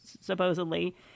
supposedly